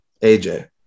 AJ